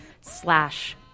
slash